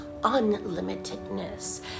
unlimitedness